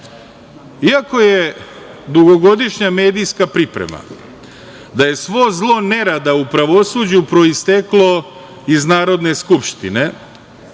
je dugogodišnja medijska priprema da je svo zlo nerada u pravosuđu proisteklo iz Narodne skupštine